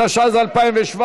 התשע"ז 2017,